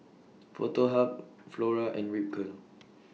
Foto Hub Flora and Ripcurl